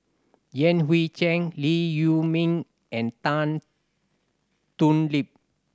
Yan Hui Chang Lee Huei Min and Tan Thoon Lip